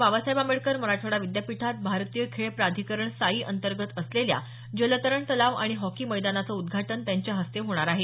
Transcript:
बाबासाहेब आंबेडकर मराठवाडा विद्यापीठात भारतीय खेळ प्राधिकरण साई अंतर्गत असलेल्या जलतरण तलाव आणि हॉकी मैदानाचं उद्घाटन त्यांच्या हस्ते होणार आहे